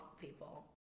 people